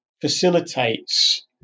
facilitates